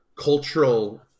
cultural